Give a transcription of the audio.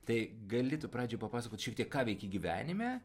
tai gali tu pradžiai papasakot šiek tiek ką veiki gyvenime